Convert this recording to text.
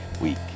week